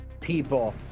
people